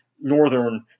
northern